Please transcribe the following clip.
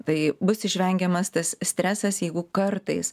tai bus išvengiamas tas stresas jeigu kartais